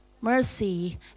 mercy